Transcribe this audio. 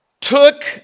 took